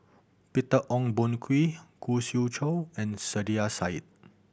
Peter Ong Boon Kwee Khoo Swee Chiow and Saiedah Said